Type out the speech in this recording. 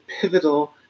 pivotal